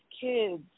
kids